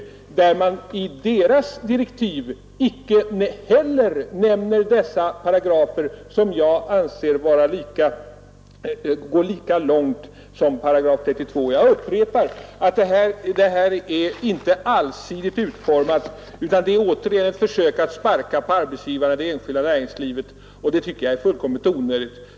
Men i dessa utredningars direktiv nämns icke heller dessa paragrafer, som jag anser går lika långt som § 32. Jag upprepar: Dessa direktiv är inte allsidigt utformade. Det är återigen ett försök att sparka på arbetsgivarna i det enskilda näringslivet, vilket är fullständigt onödigt.